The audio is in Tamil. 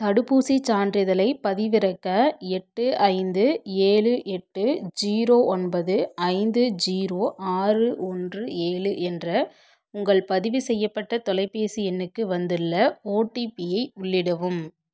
தடுப்பூசிச் சான்றிதழைப் பதிவிறக்க எட்டு ஐந்து ஏழு எட்டு ஜீரோ ஒன்பது ஐந்து ஜீரோ ஆறு ஒன்று ஏழு என்ற உங்கள் பதிவு செய்யப்பட்ட தொலைபேசி எண்ணுக்கு வந்துள்ள ஓடிபிஐ உள்ளிடவும்